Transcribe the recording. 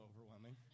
overwhelming